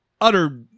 utter